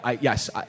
Yes